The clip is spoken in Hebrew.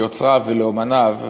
ליוצריו ולאמניו,